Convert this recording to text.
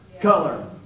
color